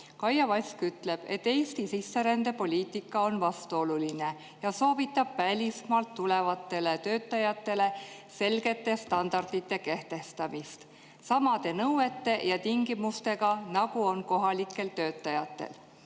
Kaia Vask ütleb, et Eesti sisserändepoliitika on vastuoluline, ja soovitab välismaalt tulevatele töötajatele selgete standardite kehtestamist – samade nõuete ja tingimustega, nagu on kohalikel töötajatel.